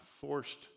forced